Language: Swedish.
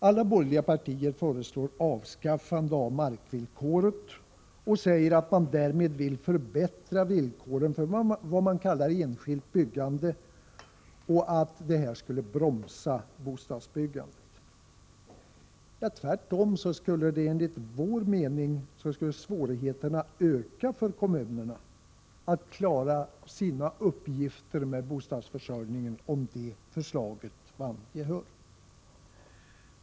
Alla borgerliga partier föreslår avskaffande av markvillkoret och säger att man därmed vill förbättra villkoren för vad man kallar enskilt byggande, eftersom markvillkoret bromsar bostadsbyggandet. Tvärtom skulle enligt vår mening svårigheterna öka för kommunerna att klara sina uppgifter då det gäller bostadsförsörjningen, om det förslaget vann gehör.